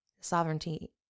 sovereignty